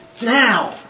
Now